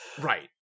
Right